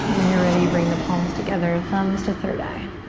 when you're ready, bring the palms together, thumbs to third eye.